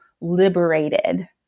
liberated